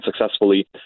successfully